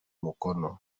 mukono